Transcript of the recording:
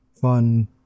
fun